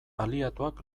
aliatuak